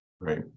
Right